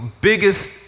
biggest